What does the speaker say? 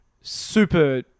super